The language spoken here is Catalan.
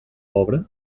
pobre